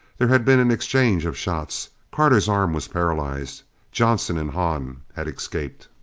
there had been an exchange of shots carter's arm was paralyzed johnson and hahn had escaped.